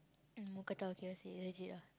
mookata or K_F_C legit ah